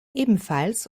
ebenfalls